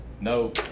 no